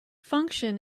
function